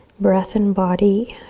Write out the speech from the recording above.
breath and body.